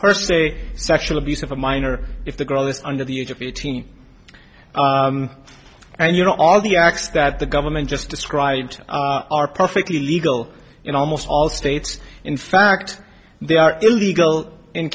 per se sexual abuse of a minor if the girl is under the age of eighteen and you know all the acts that the government just described are perfectly legal in almost all states in fact they are illegal in